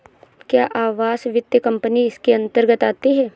क्या आवास वित्त कंपनी इसके अन्तर्गत आती है?